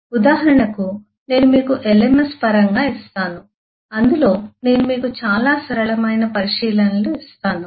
ఉదాహరణకు నేను మీకు LMS పరంగా ఇస్తాను అందులో నేను మీకు చాలా సరళమైన పరిశీలనలు ఇస్తాను